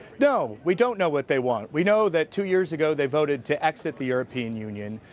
no, we don't know what they want. we know that, two years ago, they voted to exit the european union,